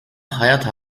hayat